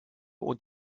und